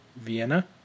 Vienna